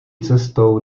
cestou